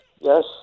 yes